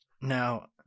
Now